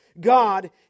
God